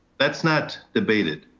that's not debated.